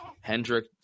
Hendrick